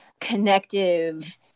connective